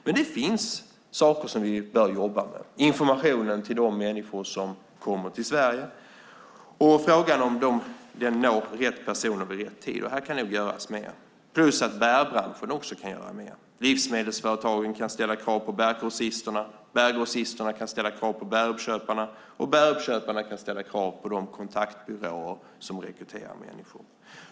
Men det finns saker som vi bör jobba med: informationen till de människor som kommer till Sverige och frågan om den når rätt personer i rätt tid. Här kan nog göras mer, plus att bärbranschen också kan göra mer. Livsmedelsföretagen kan ställa krav på bärgrossisterna, bärgrossisterna kan ställa krav på bäruppköparna och bäruppköparna kan ställa krav på de kontaktbyråer som rekryterar människor.